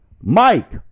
Mike